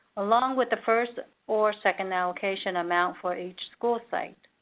along with the first or second allocation amount for each school site.